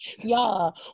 Y'all